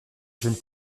jeune